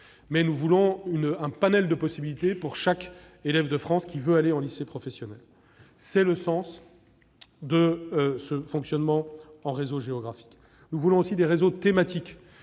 est d'offrir un panel de possibilités à chaque élève de France voulant s'inscrire en lycée professionnel. C'est le sens du fonctionnement en réseaux géographiques. Nous voulons aussi des réseaux thématiques